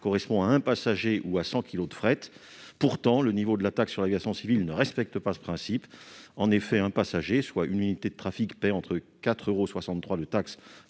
correspond à un passager ou à 100 kilogrammes de fret. Pourtant, le niveau de la taxe sur l'aviation civile ne respecte pas ce principe. En effet, un passager, soit une unité de trafic, paie entre 4,63 euros de taxe